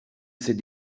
ces